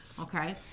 okay